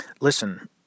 Listen